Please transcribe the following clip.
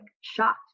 shocked